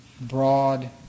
broad